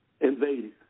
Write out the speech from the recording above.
invaded